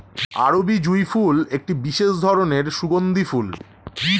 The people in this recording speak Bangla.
আরবি জুঁই ফুল একটি বিশেষ ধরনের সুগন্ধি ফুল